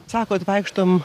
sakot vaikštom